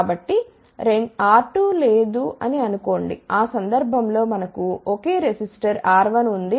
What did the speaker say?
కాబట్టి R2 లేదు అని అనుకోండి ఆ సందర్భం లో మనకు ఒకే రెసిస్టర్ R1 ఉంది అనుకుందాం